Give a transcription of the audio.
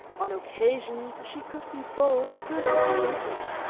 on occasions, she could be both good and stupid.